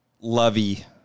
lovey